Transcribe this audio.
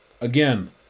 Again